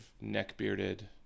neck-bearded